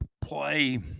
play